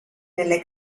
nelle